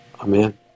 Amen